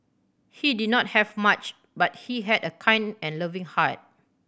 he did not have much but he had a kind and loving heart